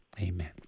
Amen